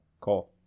Cool